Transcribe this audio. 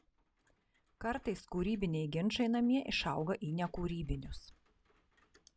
kartais kūrybiniai ginčai namie išauga į nekūrybinius